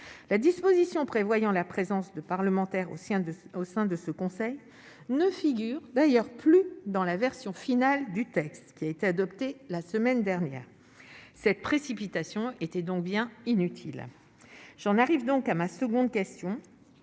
la disposition prévoyant la présence de parlementaires au sein de au sein de ce conseil ne figure d'ailleurs plus dans la version finale du texte qui a été adopté la semaine dernière, cette précipitation était donc bien inutile, j'en arrive donc à ma seconde question